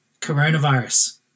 Coronavirus